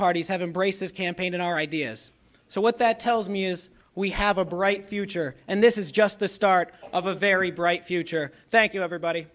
parties have embraced this campaign in our ideas so what that tells me is we have a bright future and this is just the start of a very bright future thank you everybody